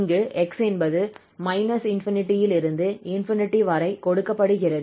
இங்கு x என்பது −∞ இலிருந்து ∞ வரை கொடுக்கப்படுகிறது